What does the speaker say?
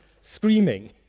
screaming